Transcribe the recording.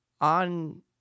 On